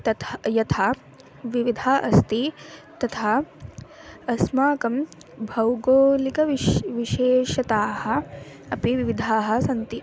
तथा यथा विविधा अस्ति तथा अस्माकं भौगोलिकविशेषाः विशेषताः अपि विविधाः सन्ति